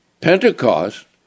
Pentecost